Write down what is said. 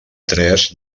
tres